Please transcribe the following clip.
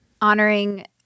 honoring